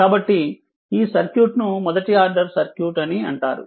కాబట్టి ఈ సర్క్యూట్ ను మొదటి ఆర్డర్ సర్క్యూట్ అని అంటారు